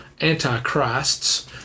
Antichrists